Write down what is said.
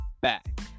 back